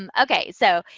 um okay, so,